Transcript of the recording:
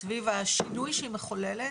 סביב השינוי שהיא מחוללת,